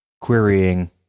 querying